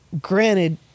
Granted